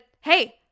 hey